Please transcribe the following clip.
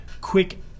quick